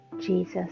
Jesus